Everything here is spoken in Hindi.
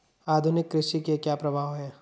आधुनिक कृषि के क्या प्रभाव हैं?